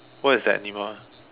what is that animal